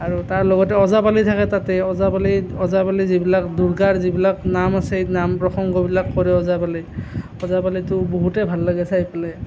আৰু তাৰ লগতে ওজাপালি থাকে তাত ওজাপালি যিবিলাক দুৰ্গাৰ যিবিলাক নাম আছে এই নাম প্ৰসংগবিলাক কৰিব যায় ওজাপালিত ওজাপালিটো বহুতেই ভাল লাগে চাই পেলাই